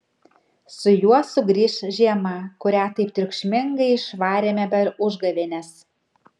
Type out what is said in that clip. su juo sugrįš žiema kurią taip triukšmingai išvarėme per užgavėnes